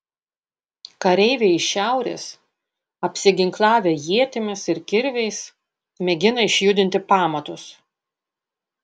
kareiviai iš šiaurės apsiginklavę ietimis ir kirviais mėgina išjudinti pamatus